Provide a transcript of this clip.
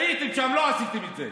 הייתם שם, לא עשיתם את זה.